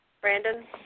Brandon